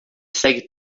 segue